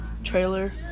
trailer